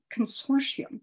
Consortium